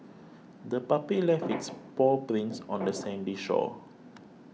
the puppy left its paw prints on the sandy shore